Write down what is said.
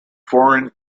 foreign